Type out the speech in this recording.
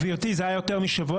גברתי זה היה יותר משבוע,